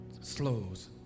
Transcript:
slows